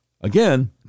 Again